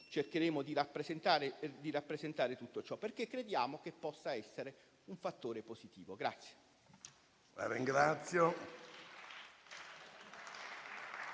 cercheremo di rappresentare tutto ciò, perché crediamo che possa essere un fattore positivo.